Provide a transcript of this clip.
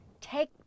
Take